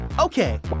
Okay